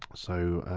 so